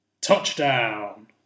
Touchdown